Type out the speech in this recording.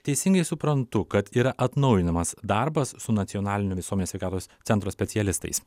teisingai suprantu kad yra atnaujinamas darbas su nacionaliniu visuomenės sveikatos centro specialistais